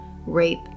rape